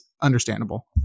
understandable